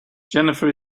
jennifer